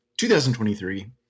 2023